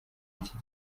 iki